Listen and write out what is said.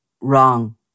wrong